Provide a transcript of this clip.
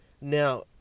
Now